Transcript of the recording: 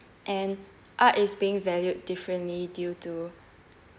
and art is being valued differently due to